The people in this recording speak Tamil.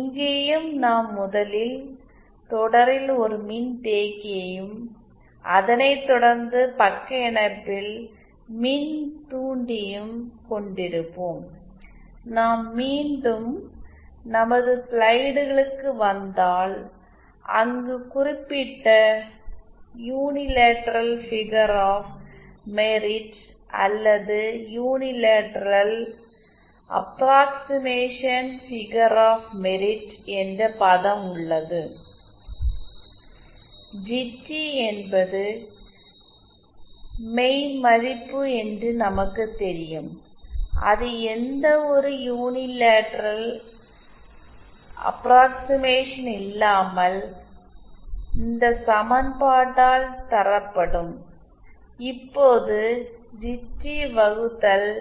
இங்கேயும் நாம் முதலில் தொடரில் ஒரு மின்தேக்கியையும் அதனை தொடர்ந்து பக்க இணைப்பில் மின்தூண்டியும் கொண்டிருப்போம் நாம் மீண்டும் நமது ஸ்லைடுகளுக்கு வந்தால் அங்கு குறிப்பிட்ட யூனிலேடரல் ஃபிகர் ஆஃப் மெரிட் அல்லது unilateral approximation figure of merit என்ற பதம் உள்ளது ஜிடி என்பது மெய் மதிப்பு என்று நமக்கு தெரியும் அது எந்தவொரு யூனிலேடரல் அபராகஸிமேஷனும் இல்லாமல் இந்த சமன்பாடால் தரப்படும் இப்போது ஜிடி வகுத்தல்